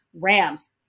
Rams